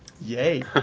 Yay